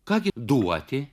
ką gi duoti